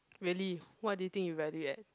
really what do you think you value at